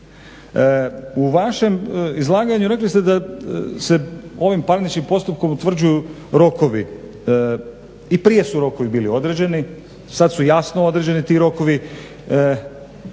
U vašem izlaganju rekli ste da se ovim parničnim postupkom utvrđuju rokovi. I prije su rokovi bili određeni, sad su jasno određeni ti rokovi,